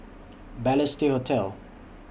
Balestier Hotel